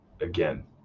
again